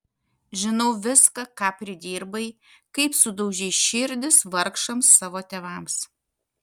žinau viską ką pridirbai kaip sudaužei širdis vargšams savo tėvams